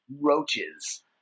roaches